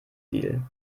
deal